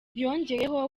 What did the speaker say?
yongeyeho